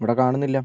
ഇവിടെ കാണുന്നില്ല